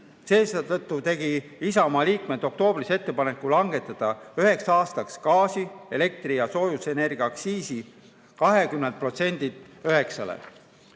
Seetõttu tegid Isamaa liikmed oktoobris ettepaneku langetada üheks aastaks gaasi-, elektri- ja soojusenergia aktsiisi 20%-lt 9%-le.